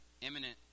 Imminent